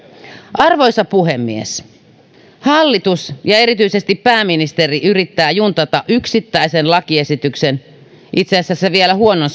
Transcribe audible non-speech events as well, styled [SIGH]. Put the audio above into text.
arvoisa puhemies hallitus ja erityisesti pääministeri yrittää juntata yksittäisen lakiesityksen itse asiassa vielä huonon [UNINTELLIGIBLE]